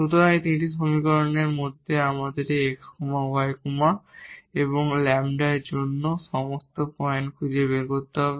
সুতরাং এই তিনটি সমীকরণের মধ্যে আমাদের এই x y এবং λ এর অর্থ সব পয়েন্ট খুঁজে বের করতে হবে